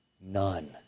None